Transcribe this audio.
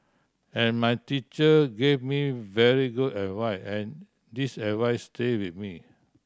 and my teacher gave me very good and this advice stay with me